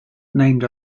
named